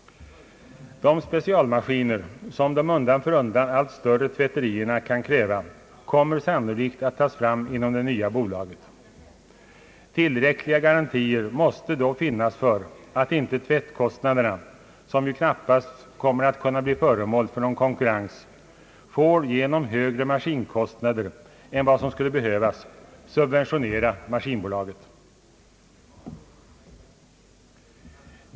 De specialmaskiner, som de undan för undan allt större tvätterierna kräver, kommer sannolikt att tas fram inom det nya bolaget. Tillräckliga garantier måste då finnas för att inte tvättkostnaderna — som ju knappast kan bli föremål för någon konkurrens — genom högre maskinkostnader än vad som skulle behövas får subventionera maskinbolaget.